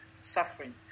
suffering